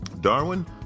Darwin